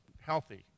healthy